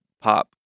pop